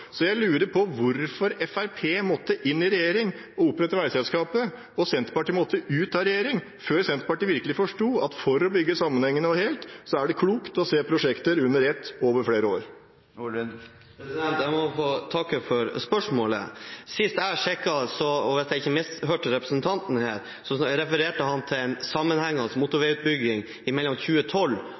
Jeg lurer på hvorfor Fremskrittspartiet måtte inn i regjering og opprette veiselskapet, og Senterpartiet måtte ut av regjering før Senterpartiet virkelig forsto at for å bygge sammenhengende og helt er det klokt å se prosjekter under ett og over flere år? Jeg må få takke for spørsmålet. Hvis jeg hørte representanten rett, refererte han til en sammenhengende motorveiutbygging mellom 2012 og 2014. Sist jeg sjekket, satt representantens parti i regjering i